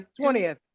20th